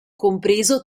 compreso